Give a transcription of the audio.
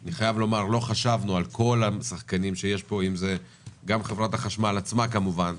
אני חייב לומר שלא חשבנו על כל השחקנים גם חברת החשמל עצמה כמובן,